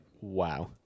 wow